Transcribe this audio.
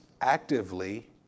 actively